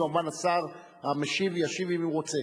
כמובן, השר המשיב ישיב אם הוא רוצה.